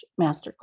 masterclass